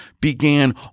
began